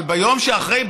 אבל ביום שאחרי,